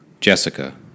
Jessica